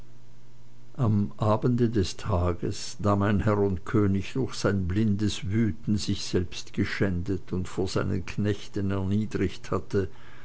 am abende des tages da mein herr und könig durch sein blindes wüten sich selbst geschändet und vor seinen knechten erniedrigt hatte